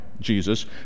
Jesus